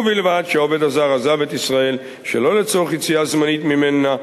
ובלבד שהעובד הזר עזב את ישראל שלא לצורך יציאה זמנית ממנה,